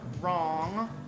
wrong